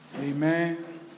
Amen